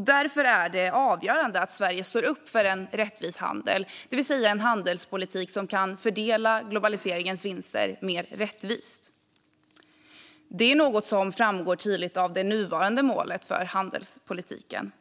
Därför är det avgörande att Sverige står upp för en rättvis handel, det vill säga en handelspolitik som kan fördela globaliseringens vinster mer rättvist. Det är något som framgår tydligt av det nuvarande målet för handelspolitiken.